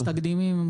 יש תקדימים.